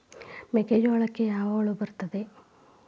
ಮೆಕ್ಕೆಜೋಳಕ್ಕೆ ಯಾವ ಹುಳ ಬರುತ್ತದೆ?